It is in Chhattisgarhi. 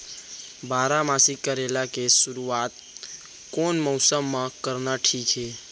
बारामासी करेला के शुरुवात कोन मौसम मा करना ठीक हे?